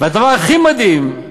והדבר הכי מדהים,